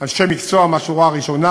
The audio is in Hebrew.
אנשי מקצוע מהשורה הראשונה.